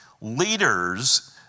leaders